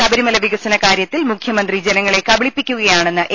ശബരിമല വികസനകാര്യത്തിൽ മുഖ്യമന്ത്രി ജനങ്ങളെ കബ ളിപ്പിക്കുകയാണെന്ന് എ